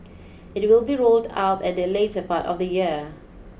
it will be rolled out at the later part of the year